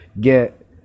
get